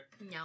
No